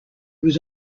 was